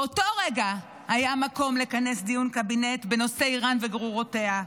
באותו רגע היה מקום לכנס דיון קבינט בנושא איראן וגרורותיה.